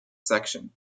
section